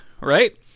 right